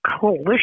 coalition